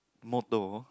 motto